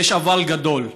ויש אבל גדול,